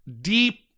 deep